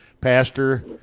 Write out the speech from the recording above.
pastor